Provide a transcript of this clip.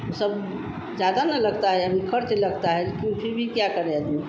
वे सब ज़्यादा ना लगता है यानी ख़र्च लगता है लेकिन फिर भी क्या करे अदमी